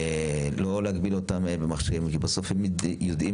אז לא להגביל אותם במכשירים כי בסוף הם יודעים